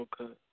Okay